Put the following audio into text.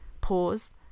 pause